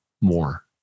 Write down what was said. more